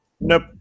Nope